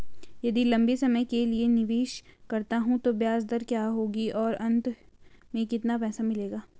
यदि लंबे समय के लिए निवेश करता हूँ तो ब्याज दर क्या होगी और अंत में कितना पैसा मिलेगा?